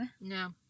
No